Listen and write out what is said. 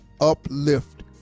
uplift